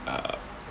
err